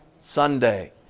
Sunday